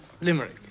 Limerick